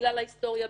בגלל ההיסטוריה,